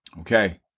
okay